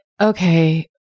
okay